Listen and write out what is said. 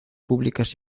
públicas